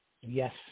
Yes